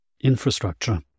infrastructure